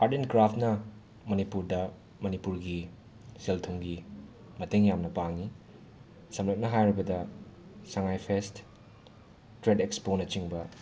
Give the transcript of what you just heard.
art and ꯀ꯭ꯔꯥꯐꯅ ꯃꯅꯤꯄꯨꯔꯗ ꯃꯅꯤꯄꯨꯔꯒꯤ ꯁꯦꯜ ꯊꯨꯝꯒꯤ ꯃꯇꯦꯡ ꯌꯥꯝꯅ ꯄꯥꯡꯉꯤ ꯁꯝꯂꯞꯅ ꯍꯥꯏꯔꯕꯗ ꯁꯉꯥꯏ ꯐꯦꯁ ꯇ꯭ꯔꯦꯗ ꯑꯦꯛꯁꯄꯣꯅꯆꯤꯡꯕ